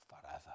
forever